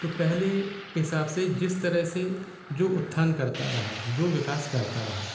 तो पहले के हिसाब से जिस तरह से जो उत्थान करता रहा जो विकास करता रहा